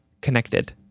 Connected